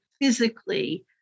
physically